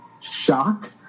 shocked